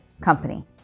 company